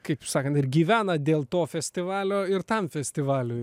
kaip sakant ir gyvena dėl to festivalio ir tam festivaliui